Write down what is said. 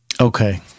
Okay